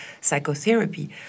psychotherapy